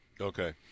Okay